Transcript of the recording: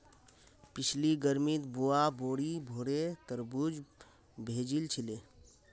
पिछली गर्मीत बुआ बोरी भोरे तरबूज भेजिल छिले